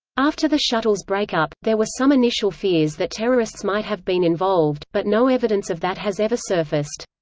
after the shuttle's breakup, there were some initial fears that terrorists might have been involved, but no evidence of that has ever surfaced.